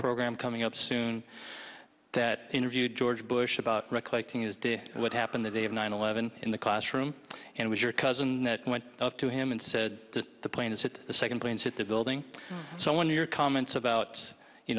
program coming up soon that interviewed george bush about right what happened the day of nine eleven in the classroom and it was your cousin went up to him and said to the planes hit the second planes hit the building so when your comments about you